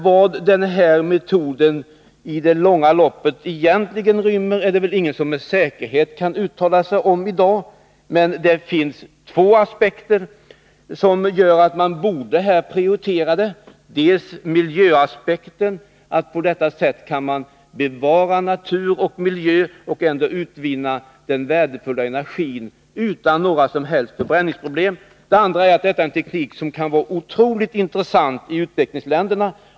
Vad den här metoden i det långa loppet egentligen rymmer kan väl ingen med säkerhet uttala sig om i dag, men det finns två aspekter som gör att man borde prioritera den. Dels är det miljöaspekten. På detta sätt kan man bevara natur och miljö och ändå utvinna värdefull energi utan förbränningsproblem. Dels kan denna teknik vara otroligt intressant i utvecklingsländerna.